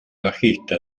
bajista